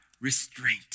restraint